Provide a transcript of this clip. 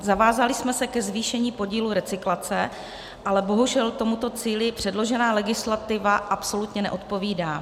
Zavázali jsme se ke zvýšení podílu recyklace, ale bohužel tomuto cíli předložená legislativa absolutně neodpovídá.